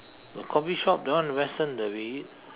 the coffee shop that one western that we eat